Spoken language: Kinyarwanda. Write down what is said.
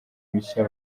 mishya